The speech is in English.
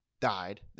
died